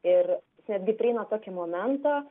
ir netgi prieina tokį momentą